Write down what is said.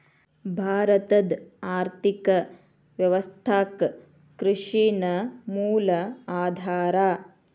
ಭಾರತದ್ ಆರ್ಥಿಕ ವ್ಯವಸ್ಥಾಕ್ಕ ಕೃಷಿ ನ ಮೂಲ ಆಧಾರಾ